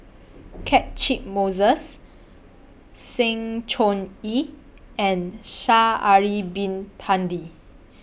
Catchick Moses Sng Choon Yee and Sha'Ari Bin Tadin